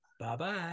Bye-bye